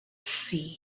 sea